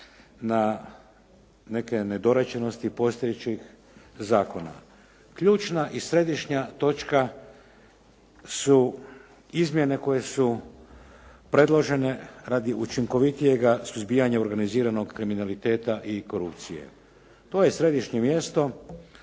na neke nedorečenosti postojećih zakona. Ključna i središnja točka su izmjene koje su predložene radi učinkovitijega suzbijanja organiziranog kriminaliteta i korupcije. To je središnje mjesto,